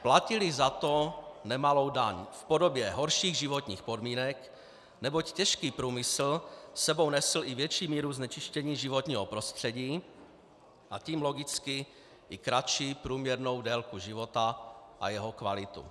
Platili za to nemalou daň v podobě horších životních podmínek, neboť těžký průmysl s sebou nesl i větší míru znečištění životního prostředí, a tím logicky i kratší průměrnou délku života a jeho kvalitu.